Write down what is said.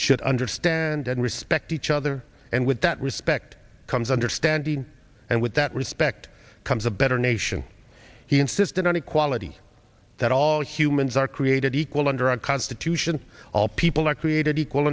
should understand and respect each other and with that respect comes understanding and with that respect comes a better nation he insisted on equality that all humans are created equal under our constitution all people are created equal